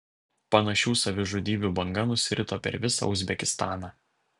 panašių savižudybių banga nusirito per visą uzbekistaną